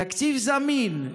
תקציב זמין,